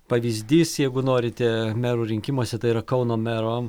pavyzdys jeigu norite mero rinkimuose tai yra kauno mero